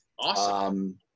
Awesome